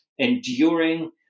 enduring